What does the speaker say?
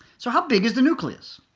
so how big is the nucleus?